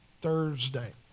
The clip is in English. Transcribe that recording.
Thursday